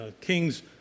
kings